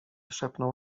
szepnął